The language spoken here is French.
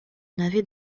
n’avaient